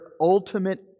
ultimate